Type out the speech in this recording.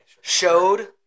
Showed